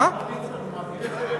הרב ליצמן,